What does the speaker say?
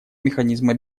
механизма